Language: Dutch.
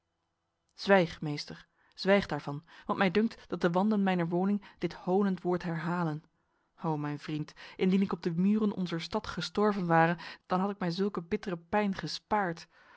zwijg meester zwijg daarvan want mij dunkt dat de wanden mijner woning dit honend woord herhalen o mijn vriend indien ik op de muren onzer stad gestorven ware dan had ik mij zulke bittere pijn gespaard